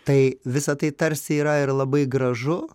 tai visa tai tarsi yra ir labai gražu